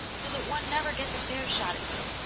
so that one never gets a fair shot at you